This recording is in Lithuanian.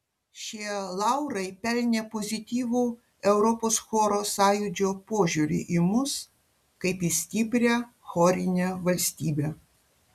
šie laurai pelnė pozityvų europos choro sąjūdžio požiūrį į mus kaip į stiprią chorinę valstybę